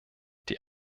die